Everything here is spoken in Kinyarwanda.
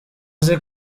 uzi